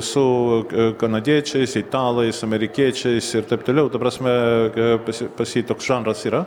su kanadiečiais italais amerikiečiais ir taip toliau ta prasme pas pas jį toks žanras yra